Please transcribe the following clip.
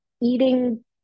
eating